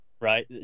right